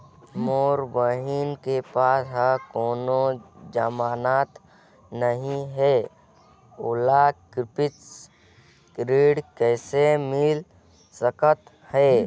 मोर बहिन के पास ह कोनो जमानत नहीं हे, ओला कृषि ऋण किसे मिल सकत हे?